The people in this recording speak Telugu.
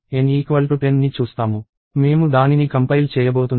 మేము దానిని కంపైల్ చేయబోతున్నాము